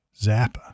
Zappa